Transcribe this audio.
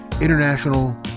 international